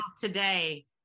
today